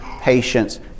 patience